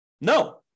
No